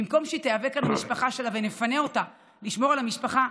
במקום שהיא תיאבק על המשפחה שלה ונפנה אותה לשמור על המשפחה,